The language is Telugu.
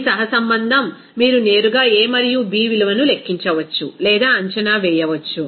ఈ సహసంబంధం మీరు నేరుగా a మరియు b విలువను లెక్కించవచ్చు లేదా అంచనా వేయవచ్చు